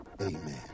Amen